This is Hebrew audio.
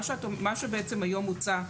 מה שהיום מוצע,